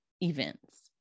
events